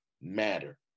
matter